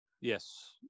yes